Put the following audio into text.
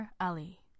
Ali